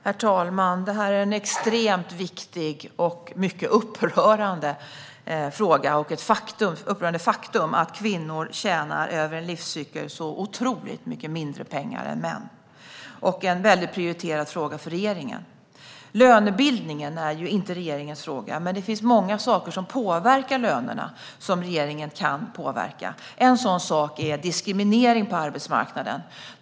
Herr talman! Detta är en extremt viktig fråga, och det är ett mycket upprörande faktum att kvinnor tjänar så otroligt mycket mindre pengar än män över en livscykel. Det är en väldigt prioriterad fråga för regeringen. Lönebildningen är inte regeringens fråga, men det finns många saker som påverkar lönerna och som regeringen kan påverka. En sådan sak är diskriminering på arbetsmarknaden.